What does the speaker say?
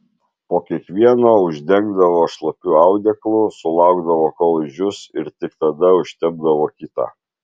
po kiekvieno uždengdavo šlapiu audeklu sulaukdavo kol išdžius ir tik tada užtepdavo kitą